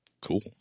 cool